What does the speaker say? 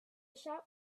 shop